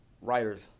writers